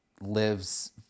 lives